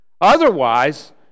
Otherwise